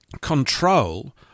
control